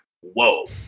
whoa